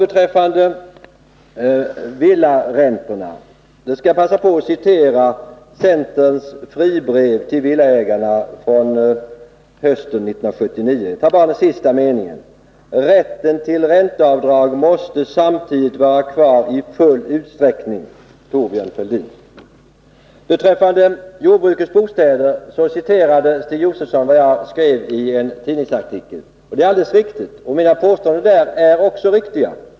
Beträffande villaräntorna skall jag passa på och citera den sista meningen i centerns fribrev till villaägarna från hösten 1979, undertecknat av Thorbjörn Fälldin: ”Rätten till ränteavdrag måste samtidigt vara kvar i full utsträckning.” När det gäller jordbruksbostäder citerade Stig Josefson vad jag skrivit i en tidningsartikel. Citatet var alldeles riktigt. Mina påståenden i artikeln är också riktiga.